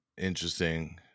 interesting